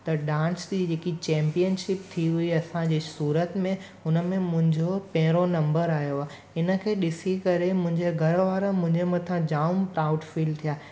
त डांस जी जेकी चेम्पियनशिप थी हुई असांजे सूरत में उन में मुंहिंजो पहिरियों नंबर आयो आहे हिन खे ॾिसी करे मुंहिंजे घरुवारा मुंहिंजे मथां जामु प्राउड फील थिया